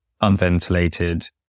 unventilated